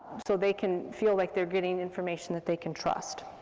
so they can feel like they're getting information that they can trust.